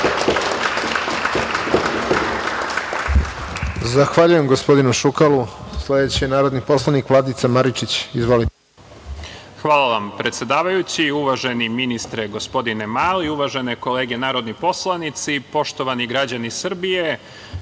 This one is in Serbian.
Hvala vam predsedavajući, uvaženi ministre Mali, uvažene kolege narodni poslanici, poštovani građani Srbije,